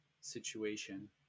situation